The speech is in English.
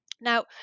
Now